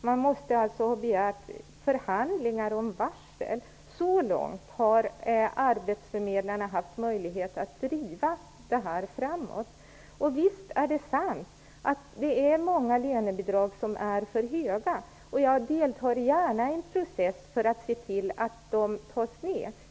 Man måste ha begärt förhandlingar om varsel. Så långt har arbetsförmedlarna haft möjlighet att driva frågan framåt. Visst är det sant att många lönebidrag är för höga. Jag deltar gärna i en process för att se till att de minskar.